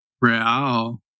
Real